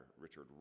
Richard